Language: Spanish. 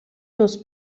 los